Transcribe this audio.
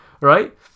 Right